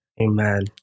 Amen